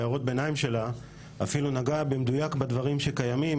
בהערות ביניים שלה אפילו נגעה במדויק בדברים שקיימים,